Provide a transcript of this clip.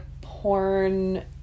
porn